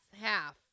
half